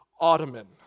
Ottoman